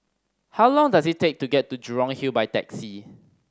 how long does it take to get to Jurong Hill by taxi